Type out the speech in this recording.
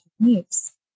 techniques